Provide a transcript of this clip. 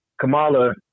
Kamala